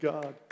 God